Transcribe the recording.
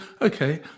okay